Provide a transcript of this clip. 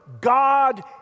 God